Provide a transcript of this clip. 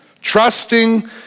Trusting